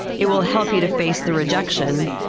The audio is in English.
it will help you to face the rejection.